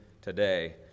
today